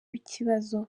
ikibazo